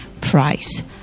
price